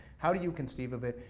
how do you conceive of it,